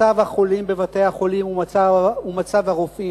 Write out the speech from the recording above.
מצב החולים בבתי-החולים ומצב הרופאים,